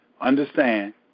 understand